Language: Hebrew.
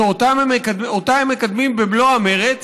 שאותה הם מקדמים במלוא המרץ.